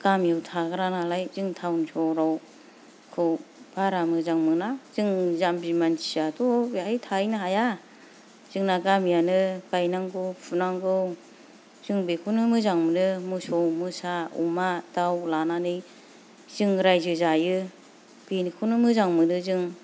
गामियाव थाग्रा नालाय जों टाउन सोहोरखौ बारा मोजां मोना जों जाम्बि मानसियाथ' बेहाय थाहैनो हाया जोंना गामियानो गायनांगौ फुनांगौ जों बेखौनो मोजां मोनो मोसौ मोसा अमा दाउ लानानै जों रायजो जायो बेखौनो मोजां मोनो जों